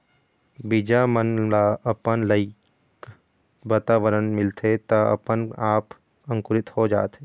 बीजा मन ल अपन लइक वातावरन मिलथे त अपने आप अंकुरित हो जाथे